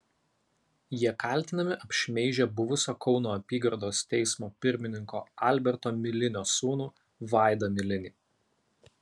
jie kaltinami apšmeižę buvusio kauno apygardos teismo pirmininko alberto milinio sūnų vaidą milinį